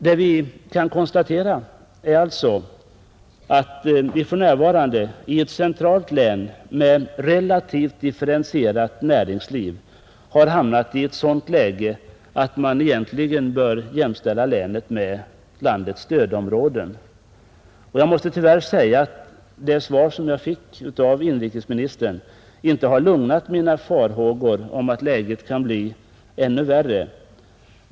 Det vi kan konstatera är alltså att vi för närvarande i ett centralt län med relativt differentierat näringsliv har hamnat i ett sådant läge att man egentligen bör jämställa länet med landets stödområden. Tyvärr måste jag säga att det svar jag fick av inrikesministern inte har dämpat mina farhågor för att läget kan bli ännu värre.